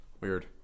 Weird